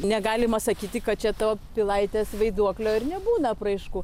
negalima sakyti kad čia to pilaitės vaiduoklio ir nebūna apraiškų